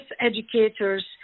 educators